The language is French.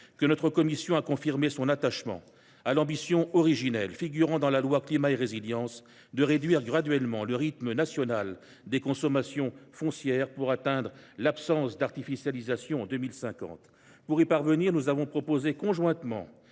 que notre commission a confirmé son attachement à l’ambition originelle figurant dans la loi Climat et Résilience, à savoir réduire graduellement le rythme national des consommations foncières, pour atteindre l’absence d’artificialisation en 2050. Pour y parvenir, nous avons proposé, conjointement